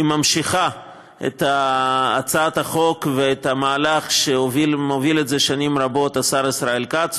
היא ממשיכה את הצעת החוק ואת המהלך שמוביל שנים רבות השר ישראל כץ,